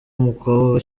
umukobwa